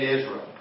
Israel